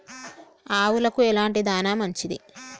ఆవులకు ఎలాంటి దాణా మంచిది?